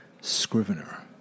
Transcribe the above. Scrivener